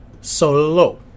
Solo